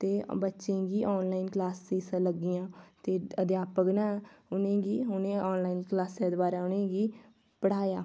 ते बच्चें गी ऑन लाइन क्लासिस लग्गियां ते अध्यापक ने उ'नेंगी उ'नें ऑन लाइन क्लासिस दे बारै उ'नें गी पढ़ाया